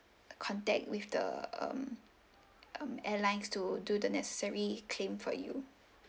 contact with the um um airlines to do the necessary claim for you